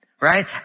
right